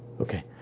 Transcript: Okay